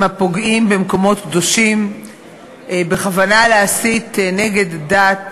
הפוגעים במקומות קדושים בכוונה להסית נגד דת,